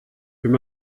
wenn